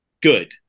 good